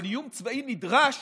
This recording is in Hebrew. אבל איום צבאי נדרש